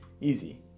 Easy